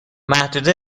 محدود